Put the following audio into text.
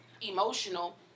emotional